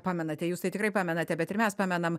pamenate jūs tai tikrai pamenate bet ir mes pamenam